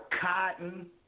cotton